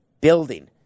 building